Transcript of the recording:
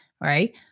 right